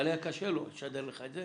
אבל היה קשה לו לשדר לך את זה,